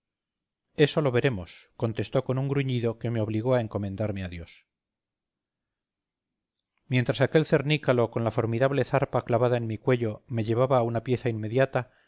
eso lo veremos contestó con un gruñido que me obligó a encomendarme a dios mientras aquel cernícalo con la formidable zarpa clavada en mi cuello me llevaba a una pieza inmediata